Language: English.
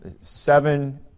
seven